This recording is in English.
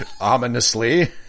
Ominously